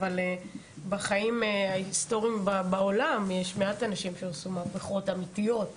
אבל בחיים ההיסטוריים בעולם יש מעט אנשים שעשו מהפיכות אמיתיות ששינו.